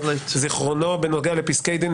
וזיכרונו בנוגע לפסקי דין,